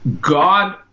God